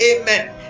Amen